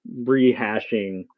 rehashing